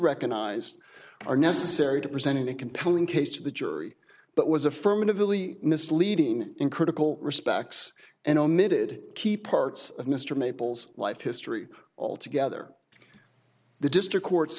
recognized are necessary to present a compelling case to the jury but was affirmatively misleading in critical respects and omitted key parts of mr maples life history all together the district court